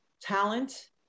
talent